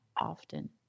often